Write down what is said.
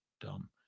Dumb